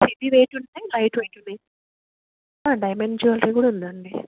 heavyweight ఉన్నాయి lightweight ఉన్నాయి diamond jewellery కూడా ఉంది అండి